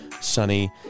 sunny